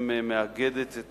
שמאגדת את